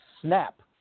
snap